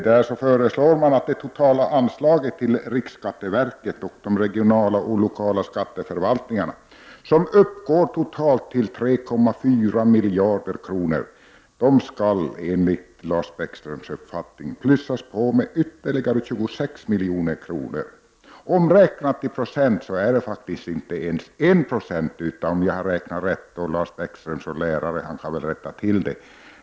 Där föreslås att det totala anslaget till riksskatteverket och de regionala och lokala skatteförvaltningarna, som uppgår totalt till 3,4 miljarder kronor, skall plussas på med ytterligare 26 milj.kr. Omräknat i procenttal är det faktiskt inte ens I Z6, och Lars Bäckström som är lärare får väl rätta till det.